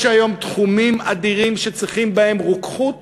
יש היום תחומים אדירים שצריכים בהם רוקחות